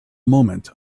moment